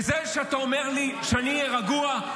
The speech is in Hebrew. --- וזה שאתה אומר לי שאני אהיה רגוע,